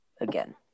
again